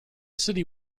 city